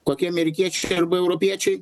kokie amerikiečiai arba europiečiai